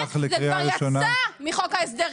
זה כבר יצא מחוק ההסדרים.